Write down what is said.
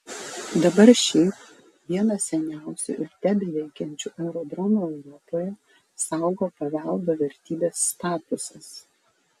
dabar šį vieną seniausių ir tebeveikiančių aerodromų europoje saugo paveldo vertybės statusas